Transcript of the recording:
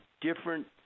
different